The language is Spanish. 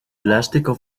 plástico